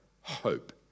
hope